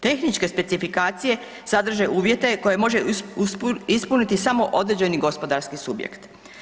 Tehničke specifikacije sadrže uvjete koje može ispuniti samo određeni gospodarski subjekt.